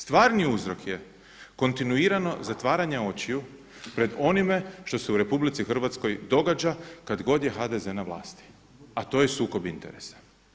Stvarni uzrok je kontinuirano zatvaranje očiju pred onime što se u RH događa kad god je HDZ na vlasti, a to je sukob interesa.